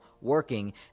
working